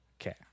Okay